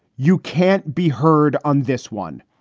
you can't be heard on this one,